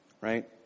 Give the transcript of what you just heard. right